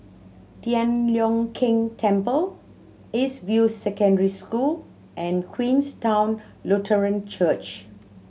Tian Leong Keng Temple East View Secondary School and Queenstown Lutheran Church